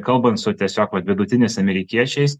kalbant su tiesiog vat vidutiniais amerikiečiais